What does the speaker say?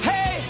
Hey